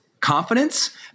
confidence